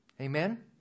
Amen